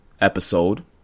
episode